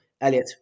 Elliot